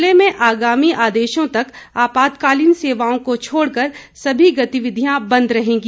जिले में आगामी आदेशों तक आपातकालीन सेवाओं को छोड़कर सभी गतिविधियां बंद रहेंगी